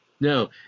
No